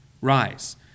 Rise